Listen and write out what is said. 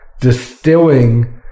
distilling